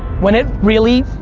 when it really,